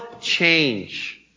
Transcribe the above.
change